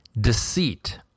deceit